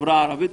בחברה הערבית.